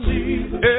Jesus